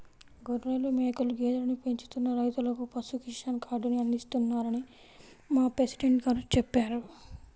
గొర్రెలు, మేకలు, గేదెలను పెంచుతున్న రైతులకు పశు కిసాన్ కార్డుని అందిస్తున్నారని మా ప్రెసిడెంట్ గారు చెప్పారు